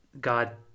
God